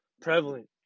prevalent